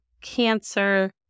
cancer